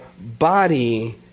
body